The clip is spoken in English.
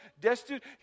destitute